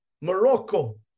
Morocco